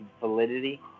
validity